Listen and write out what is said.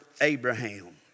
Abraham